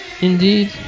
Indeed